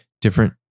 different